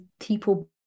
people